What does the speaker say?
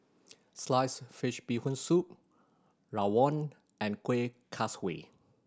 sliced fish Bee Hoon Soup rawon and Kueh Kaswi